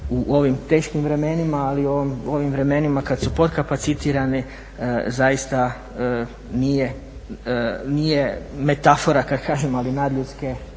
u ovim teškim vremenima ali i ovim vremenima kada su podkapacitirani zaista nije metafora kako da kažem, ali nadljudske,